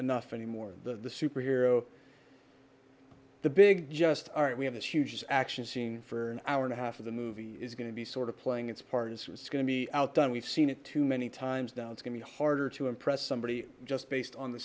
enough anymore the superhero the big just aren't we have this huge action scene for an hour and a half of the movie is going to be sort of playing its part is what's going to be outdone we've seen it too many times down it's going to be harder to impress somebody just based on the